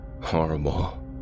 horrible